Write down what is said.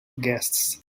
guests